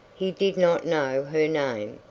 he did not know her name,